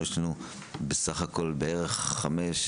יש לנו בסך הכול בערך חמש,